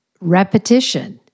repetition